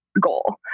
goal